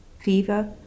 fever